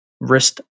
Wrist